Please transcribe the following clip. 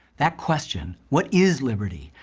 that question, what is liberty?